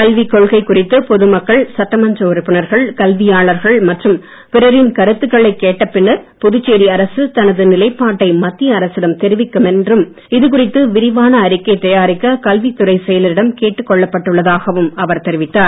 கல்விக் கொள்கை குறித்து பொது மக்கள் சட்டமன்ற உறுப்பினர்கள் கல்வியாளர்கள் மற்றும் பிறரின் கருத்துக்களை கேட்ட பின்னர் புதுச்சேரி அரசு தனது நிலைப்பாட்டை மத்திய அரசிடம் தெரிவிக்கும் என்றும் இது குறித்து விரிவான அறிக்கை தயாரிக்க கல்வித் துறைச் செயலரிடம் கேட்டுக் கொள்ளப் பட்டுள்ளதாகவும் அவர் தெரிவித்தார்